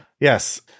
yes